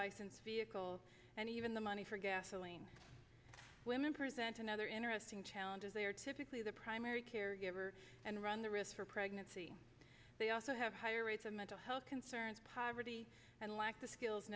license vehicle and even the money for gasoline women present another interesting challenge as they are typically the primary caregiver and run the risk for pregnancy they also have higher rates of mental health concerns poverty and lack the skills